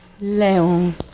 Leon